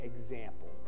example